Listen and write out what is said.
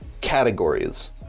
categories